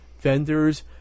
vendors